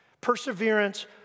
Perseverance